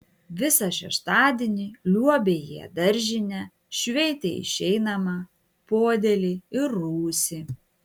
visą šeštadienį liuobė jie daržinę šveitė išeinamą podėlį ir rūsį